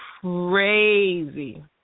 crazy